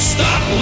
stop